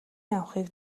явахыг